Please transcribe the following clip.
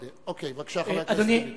אוקיי, בבקשה, חבר הכנסת אחמד טיבי.